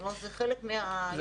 זה חלק מהאיסורים?